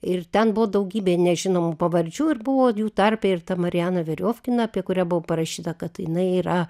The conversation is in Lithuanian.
ir ten buvo daugybė nežinomų pavardžių ir buvo jų tarpe ir ta marijana veriofkina apie kurią buvo parašyta kad jinai yra